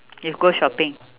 you go shopping